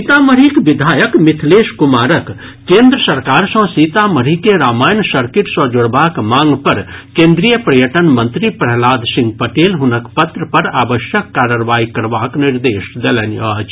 सीतामढ़ीक विधायक मिथिलेश कुमारक केन्द्र सरकार सँ सीतामढ़ी के रामायण सर्किट सँ जोड़बाक मांग पर केन्द्रीय पर्यटन मंत्री प्रह्लाद सिंह पटेल हुनक पत्र पर आवश्यक कार्रवाई करबाक निर्देश देलनि अछि